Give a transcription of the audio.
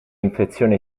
infezione